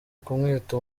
kumwita